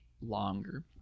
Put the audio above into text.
longer